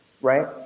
right